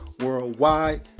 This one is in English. worldwide